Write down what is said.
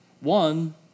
One